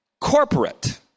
corporate